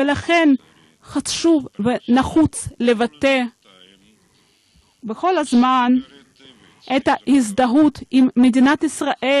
ולכן חשוב ונחוץ לבטא כל הזמן את ההזדהות עם מדינת ישראל,